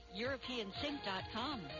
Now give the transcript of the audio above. europeansync.com